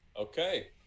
okay